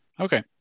Okay